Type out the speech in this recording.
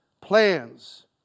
Plans